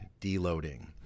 deloading